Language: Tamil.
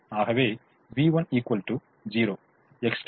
ஆகவே v1 0